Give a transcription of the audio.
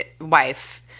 wife